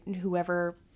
whoever